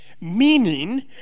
Meaning